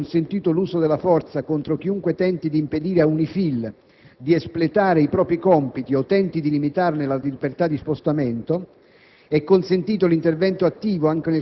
Le regole adottate prevedono che sia consentito l'uso della forza contro chiunque tenti di impedire ad UNIFIL di espletare i propri compiti o tenti di limitarne la libertà di spostamento.